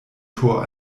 tor